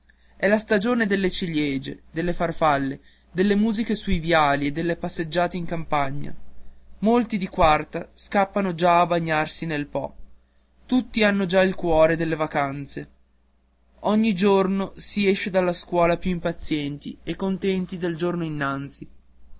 è la stagione delle ciliegie delle farfalle delle musiche sui viali e delle passeggiate in campagna molti di quarta scappano già a bagnarsi nel po tutti hanno già il cuore alle vacanze ogni giorno si esce dalla scuola più impazienti e contenti del giorno innanzi